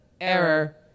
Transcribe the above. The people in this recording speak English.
Error